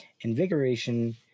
Invigoration